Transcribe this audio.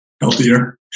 healthier